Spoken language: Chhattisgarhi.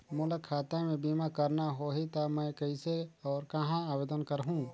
मोला खाता मे बीमा करना होहि ता मैं कइसे और कहां आवेदन करहूं?